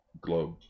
globe